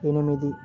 ఎనిమిది